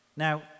Now